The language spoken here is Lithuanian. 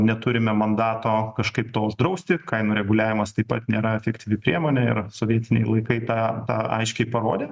neturime mandato kažkaip to uždrausti kainų reguliavimas taip pat nėra efektyvi priemonė ir sovietiniai laikai tą tą aiškiai parodė